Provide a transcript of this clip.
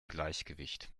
gleichgewicht